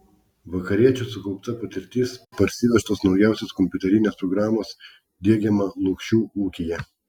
vakariečių sukaupta patirtis parsivežtos naujausios kompiuterinės programos diegiama lukšių ūkyje